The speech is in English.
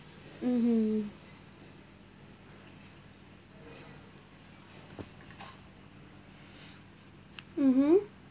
mmhmm mmhmm